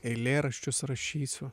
eilėraščius rašysiu